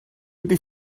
wedi